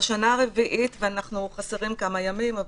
בשנה הרביעית ואנחנו חסרים כמה ימים,